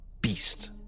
beast